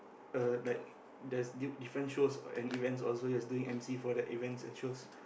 uh like there's di~ different shows and event also he's doing emcee for the events and shows